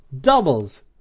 doubles